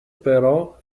però